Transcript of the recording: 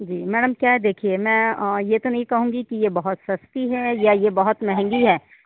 जी madam क्या है देखिए मैं ये तो नहीं कहूँगी कि ये बहुत सस्ती है या ये बहुत महँगी है